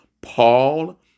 Paul